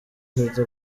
dufite